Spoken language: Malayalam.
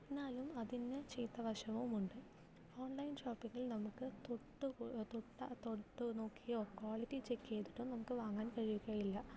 എന്നാലും അതിന് ചീത്ത വശവും ഉണ്ട് ഓൺലൈൻ ഷോപ്പിങ്ങിൽ നമുക്ക് തൊട്ടു തൊട്ടാ തൊട്ടു നോക്കിയോ ക്വാളിറ്റി ചെക്ക് ചെയിതിട്ടോ നമുക്ക് വാങ്ങാൻ കഴിയുകയില്ല